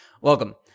Welcome